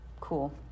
cool